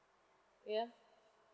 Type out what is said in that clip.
ya